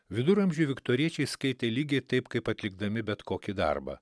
viduramžių viktoriečiai skaitė lygiai taip kaip atlikdami bet kokį darbą